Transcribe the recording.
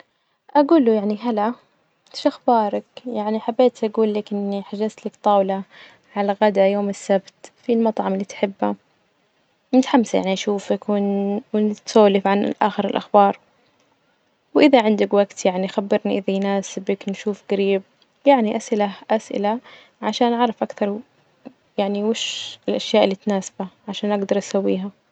أجول له يعني هلا شخبارك? يعني حبيت أجول لك إني حجزت لك طاولة على الغدا يوم السبت في المطعم اللي تحبه، متحمسة يعني أشوفك ون- ونتسولف عن أخر الأخبار، وإذا عندك وجت يعني خبرني إذا يناسبك نشوف جريب، يعني أسئله أسئلة عشان أعرف أكتر و- يعني وش الأشياء اللي تناسبه عشان أجدر أسويها.